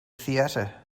theater